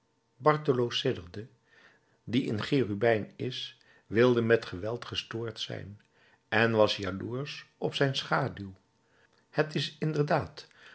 bartholo sidderde die in cherubijn is wilde met geweld gestoord zijn en was jaloersch op zijn schaduw t is inderdaad